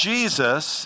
Jesus